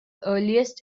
earliest